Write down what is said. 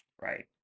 Right